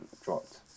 dropped